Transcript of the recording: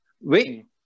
wait